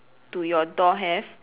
do your door have